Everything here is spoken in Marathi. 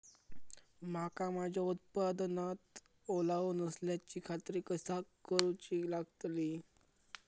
मका माझ्या उत्पादनात ओलावो नसल्याची खात्री कसा करुची लागतली?